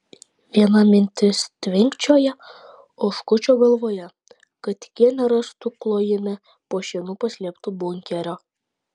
viena mintis tvinkčioja oškučio galvoje kad tik jie nerastų klojime po šienu paslėpto bunkerio